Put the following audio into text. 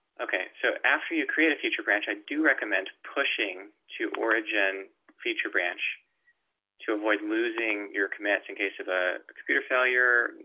okay, so after you create a feature branch. i do recommend pushing to origin feature branch to avoid losing your commits in case of ah a computer failure,